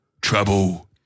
Trouble